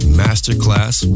masterclass